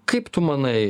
kaip tu manai